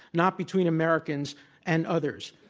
not between americans and others.